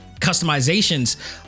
customizations